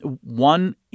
One